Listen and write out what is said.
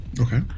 Okay